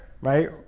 Right